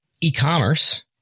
E-commerce